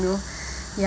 ya